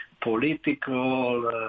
political